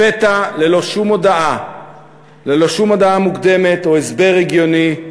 לפתע, ללא שום הודעה מוקדמת או הסבר הגיוני,